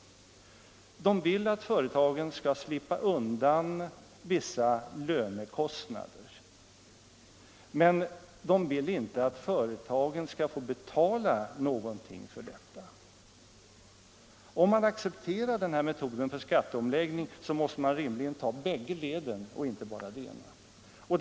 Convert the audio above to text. De vill att företagen skall slippa undan vissa lönekostnader, men de vill inte att företagen skall få betala någonting för detta. Om man accepterar denna metod för skatteomläggning, måste man rimligen ta bägge leden och inte bara det ena.